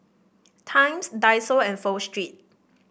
Times Daiso and Pho Street